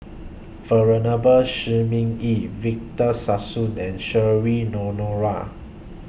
Venerable Shi Ming Yi Victor Sassoon and Cheryl Noronha